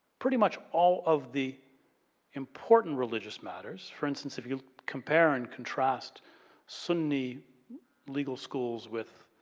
pretty much all of the important religious matters, for instance, if you compare and contrast suni legal schools with